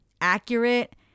accurate